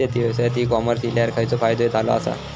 शेती व्यवसायात e commerce इल्यावर खयचो फायदो झालो आसा?